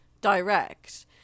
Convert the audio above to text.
Direct